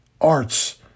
arts